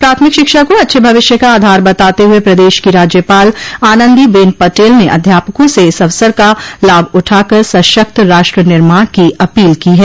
प्राथमिक शिक्षा को अच्छे भविष्य का आधार बताते हुए प्रदेश की राज्यपाल आनंदी बेन पटेल ने अध्यापकों से इस अवसर का लाभ उठाकर सशक्त राष्ट्र निर्माण की अपील की है